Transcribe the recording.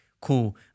cool